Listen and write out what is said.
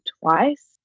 twice